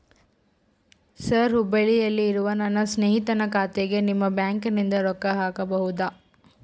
Sir ಹುಬ್ಬಳ್ಳಿಯಲ್ಲಿ ಇರುವ ನನ್ನ ಸ್ನೇಹಿತನ ಖಾತೆಗೆ ನಿಮ್ಮ ಬ್ಯಾಂಕಿನಿಂದ ರೊಕ್ಕ ಹಾಕಬಹುದಾ?